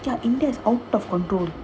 ya india is out of control